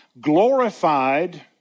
Glorified